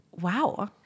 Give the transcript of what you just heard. Wow